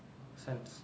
sense